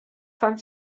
fan